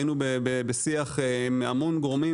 היינו בשיח עם המון גורמים,